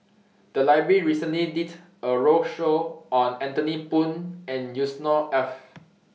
The Library recently did A roadshow on Anthony Poon and Yusnor Ef